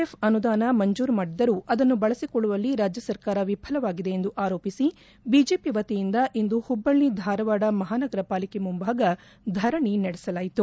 F ಅನುದಾನ ಮಂಜೂರು ಮಾಡಿದ್ದರೂ ಅದನ್ನು ಬಳಬಕೊಳ್ಳುವಲ್ಲಿ ರಾಜ್ಯಸರ್ಕಾರ ವಿಫಲವಾಗಿದೆ ಎಂದು ಆರೋಪಿಸಿ ಬಿಜೆಪಿ ವತಿಯಿಂದ ಇಂದು ಹುಬ್ಬಳ್ಳ ಧಾರವಾಡ ಮಹಾನಗರ ಪಾಲಿಕೆ ಮುಂಭಾಗ ಧರಣೆ ನಡೆಸಲಾಯಿತು